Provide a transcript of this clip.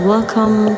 Welcome